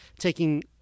taking